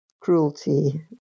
cruelty